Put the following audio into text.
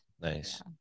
Nice